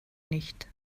nicht